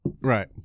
Right